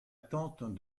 tante